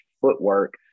footwork